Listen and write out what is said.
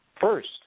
First